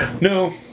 No